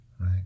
right